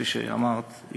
שכפי שאמרת,